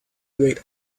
great